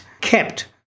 kept